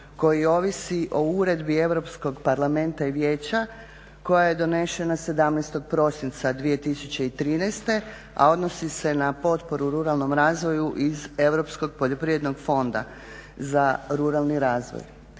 koji ovisi o uredbi Europskog parlamenta i Vijeća koja je donešena 17.prosinca 2013., a odnosi se na potporu ruralnog razvoju iz Europskog poljoprivrednog fonda za ruralni razvoj.